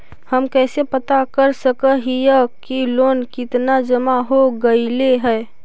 हम कैसे पता कर सक हिय की लोन कितना जमा हो गइले हैं?